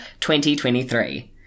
2023